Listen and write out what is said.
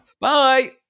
bye